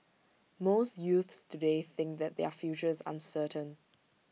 most youths today think that their future is uncertain